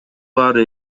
баары